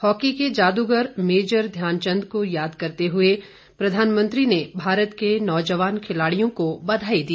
hockey के जादूगर major Dhyan Chand को याद करते हुए प्रधानमंत्री ने भारत के नौजवान खिलाडियों को बधाई दी